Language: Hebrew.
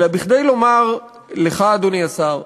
אלא כדי לומר לך, אדוני השר,